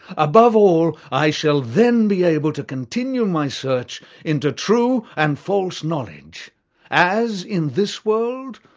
above all, i shall then be able to continue my search into true and false knowledge as in this world,